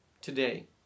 Today